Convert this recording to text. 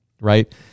right